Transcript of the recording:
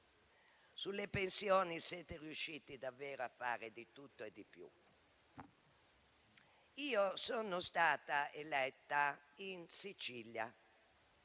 Sulle pensioni siete riusciti a fare davvero di tutto e di più. Io sono stata eletta in Sicilia